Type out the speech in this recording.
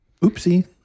Oopsie